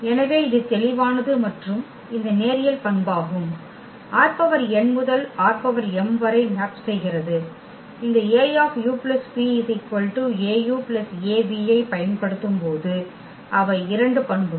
எனவே இது தெளிவானது மற்றும் இந்த நேரியல் பண்பாகும் ℝn முதல் ℝm வரை மேப் செய்கிறது இந்த A u v Au Av ஐப் பயன்படுத்தும்போது அவை இரண்டு பண்புகள்